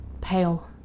Pale